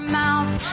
mouth